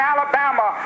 Alabama